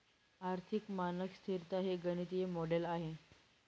आर्थिक मानक स्तिरता हे गणितीय मॉडेल आहे